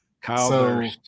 Kyle